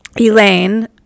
Elaine